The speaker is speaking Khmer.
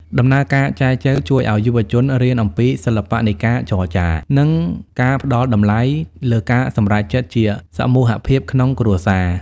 ដំណើរការចែចូវជួយឱ្យយុវជនរៀនអំពី "សិល្បៈនៃការចរចា" និងការផ្ដល់តម្លៃលើការសម្រេចចិត្តជាសមូហភាពក្នុងគ្រួសារ។